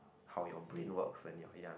how your brain work when you're young